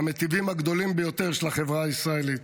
למיטיבים הגדולים ביותר של החברה הישראלית.